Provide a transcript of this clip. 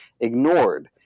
ignored